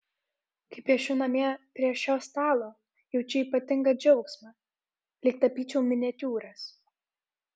kai piešiu namie prie šio stalo jaučiu ypatingą džiaugsmą lyg tapyčiau miniatiūras